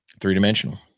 three-dimensional